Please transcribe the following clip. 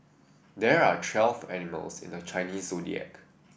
there are twelfth animals in the Chinese Zodiac